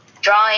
drawing